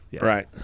Right